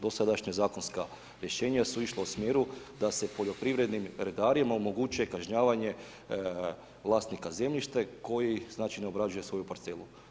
Dosadašnja zakonska rješenja su išla u smjeru da se poljoprivrednim redarima omogući kažnjavanje vlasnika zemljišta koji, znači ne obrađuje svoj parcelu.